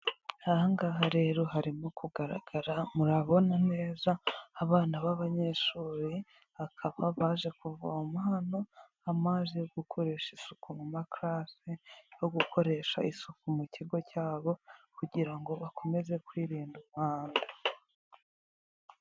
Aha ngaha rero harimo kugaragara murabona neza abana b'abanyeshuri, bakaba baje kuvoma hano amazi yo gukoresha isuku mu makarase, yo gukoresha isuku mu kigo cyabo kugira ngo bakomeze kwirinda umwanda.